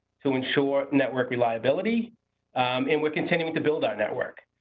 to ensure, network reliability and we're continuing to build our network.